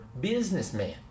businessman